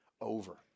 over